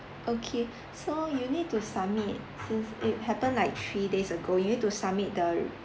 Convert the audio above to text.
okay so you need to submit since it happened like three days ago you need to submit the